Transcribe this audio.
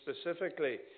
specifically